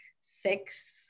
six